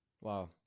Wow